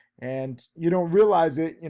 and you don't realize it, you